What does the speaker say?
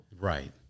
Right